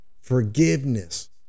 forgiveness